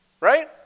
Right